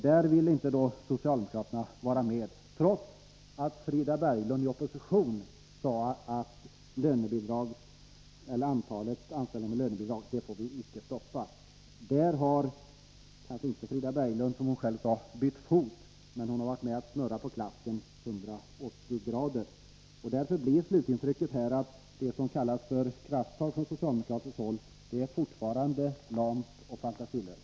Då ville inte socialdemokraterna vara med, trots att Frida Berglund i opposition sade att man inte fick minska antalet anställda med lönebidrag. På den punkten har Frida Berglund kanske inte bytt fot, som hon själv sade, men hon har varit med om att snurra på klacken 180 grader. Därför blir slutintrycket att det som kallas för krafttag från socialdemokratiskt håll fortfarande är lamt och fantasilöst.